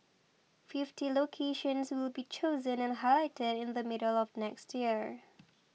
fifty locations will be chosen and highlighted in the middle of next year